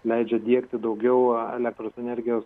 leidžia diegti daugiau elektros energijos